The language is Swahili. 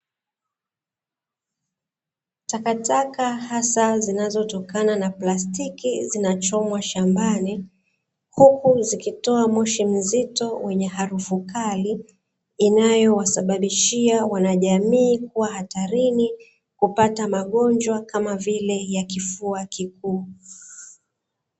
Takataka hasa zinazotokana na plastiki zinachomwa shambani, huku zikitoa moshi mzito wenye harufu kali inayowasababishia wanajamii kuwa hatarini kupata magonjwa kama vile ya kifua kikuu.